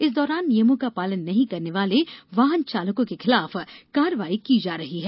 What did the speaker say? इस दौरान नियमों का पालन नहीं करने वाले वाहन चालकों के खिलाफ कार्यवाई की जा रही है